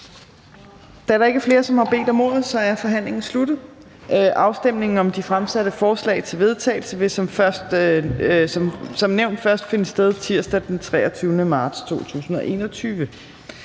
Da der ikke er flere, som har bedt om ordet, er forhandlingen sluttet. Afstemningen om de fremsatte forslag til vedtagelse vil som nævnt først finde sted tirsdag den 23. marts 2021.